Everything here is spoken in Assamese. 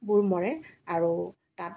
বোৰ মৰে আৰু তাত